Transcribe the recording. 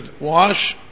wash